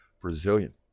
Brazilian